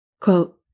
Quote